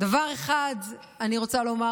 דבר אחד אני רוצה לומר,